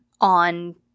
on